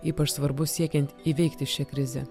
ypač svarbus siekiant įveikti šią krizę